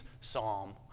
psalm